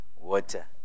water